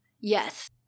Yes